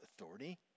authority